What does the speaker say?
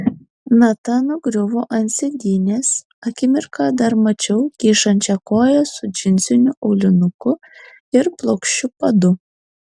nata nugriuvo ant sėdynės akimirką dar mačiau kyšančią koją su džinsiniu aulinuku ir plokščiu padu